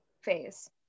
phase